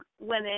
women